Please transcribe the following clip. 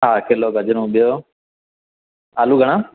हा किलो गजरूं ॿियो आलू घणा